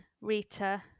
Rita